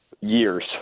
years